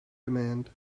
demand